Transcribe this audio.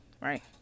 right